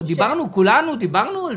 כולנו דיברנו על זה.